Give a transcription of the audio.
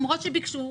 למרות שביקשו,